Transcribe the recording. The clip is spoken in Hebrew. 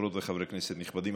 חברות וחברי כנסת נכבדים,